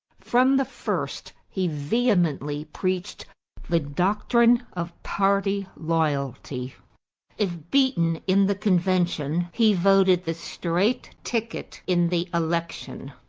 from the first he vehemently preached the doctrine of party loyalty if beaten in the convention, he voted the straight ticket in the election.